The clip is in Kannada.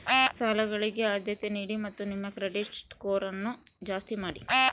ಸಾಲಗಳಿಗೆ ಆದ್ಯತೆ ನೀಡಿ ಮತ್ತು ನಿಮ್ಮ ಕ್ರೆಡಿಟ್ ಸ್ಕೋರನ್ನು ಜಾಸ್ತಿ ಮಾಡಿ